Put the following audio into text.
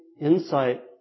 insight